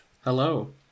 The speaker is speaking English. Hello